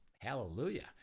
hallelujah